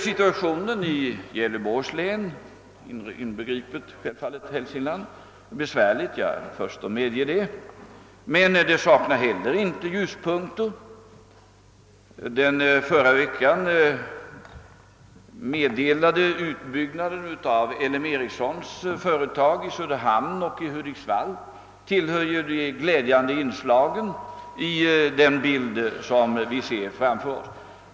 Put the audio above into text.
Situationen i Gävleborgs län, inbegripet Hälsingland, är besvärlig — jag är den förste att medge det — men den saknar heller inte ljuspunkter. Den förra veckan meddelade utbyggnaden av L M Ericssons företag i Söderhamn och Hudiksvall tillhör de glädjande inslagen i den del som vi ser framför oss.